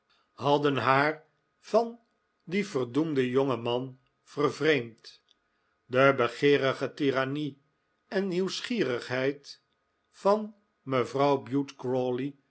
hadden haar van dien verdoemden jongen man vervreemd de begeerige tirannie en gierigheid van mevrouw bute